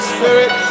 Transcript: Spirit